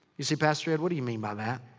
you say, pastor ed, what do you mean by that?